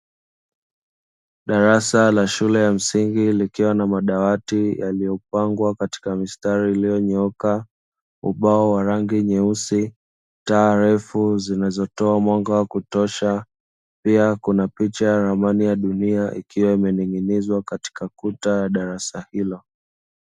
Darasa la shule ya msingi likiwa na madawati yaliyopangwa katika mstari ulionyooka, ubao wa langi nyeusi, taa refu zinazotoa mwanga wa kutosha, pia kuna picha ya ramani ya dunia ikiwa imening'inizwa katika kuta ya darasa hilo.